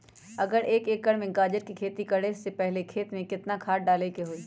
अगर एक एकर में गाजर के खेती करे से पहले खेत में केतना खाद्य डाले के होई?